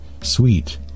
sweet